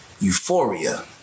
Euphoria